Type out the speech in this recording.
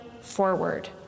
forward